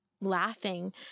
laughing